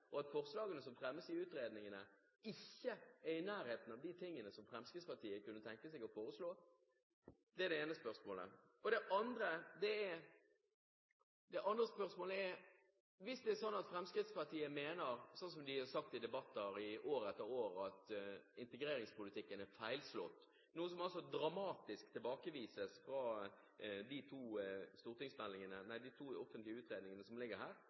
Fremskrittspartiet at utredningene er for dårlige, og at forslagene som fremmes i utredningene, ikke er i nærheten av de tingene som Fremskrittspartiet kunne tenke seg å foreslå? Det er det ene spørsmålet. Fremskrittspartiet har i debatter i år etter år sagt at integreringspolitikken er feilslått, noe som dramatisk tilbakevises i de to offentlige utredningene som ligger her.